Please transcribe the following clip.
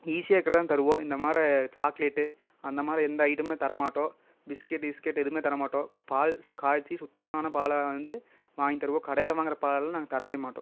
ஈஸியாக இருக்குறதா தருவோம் இந்தமாரி சாக்லேட்டு அந்தமாரி எந்த ஐட்டமும் தரமாட்டோம் பிஸ்கெட் இஸ்கெட் எதுவுமே தரமாட்டோம் பால் காய்ச்சி சுத்தமான பாலை வந்து வாங்கி தருவோம் கடையில் வாங்குற பால் நாங்கள் தரவே மாட்டோம்